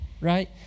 right